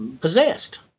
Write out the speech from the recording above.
possessed